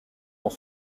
dans